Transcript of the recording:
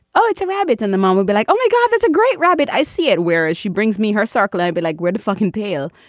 oh, it's a rabbit. and the mom would be like, oh, my god, that's a great rabbit. i see it whereas she brings me her sakuya. i'd be like, where to fucking tail?